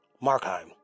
Markheim